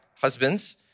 husbands